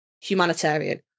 Humanitarian